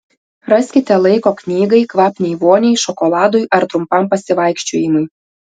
raskite laiko knygai kvapniai voniai šokoladui ar trumpam pasivaikščiojimui